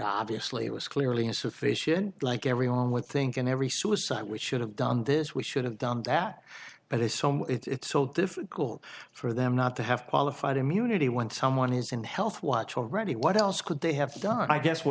obviously it was clearly insufficient like everyone would think in every suicide we should have done this we should have done that but there's so much it's so difficult for them not to have qualified immunity when someone is in health watch already what else could they have done i guess what